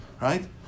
right